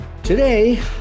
Today